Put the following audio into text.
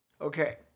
Okay